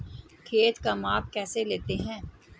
खेत का माप कैसे लेते हैं?